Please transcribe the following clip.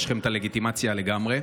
יש לכם לגיטימציה לגמרי.